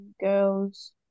girls